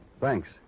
Thanks